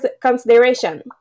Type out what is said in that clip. consideration